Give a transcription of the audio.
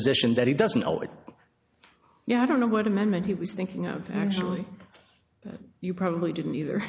position that he doesn't know i don't know what amendment he was thinking of actually you probably didn't either